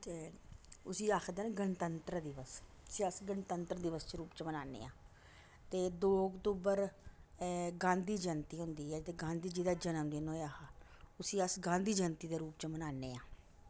ते उसी आखदे न गणतंत्र दिवस उसी अस गणतंत्र दिवस दे रूप च मनाने आं ते दो अक्तूबर गांधी जयंती होंदी ऐ ते गांधी जी दा जनमदिन होएआ हा उसी अस गांधी जयंती दे रूप च मनाने आं